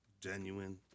genuine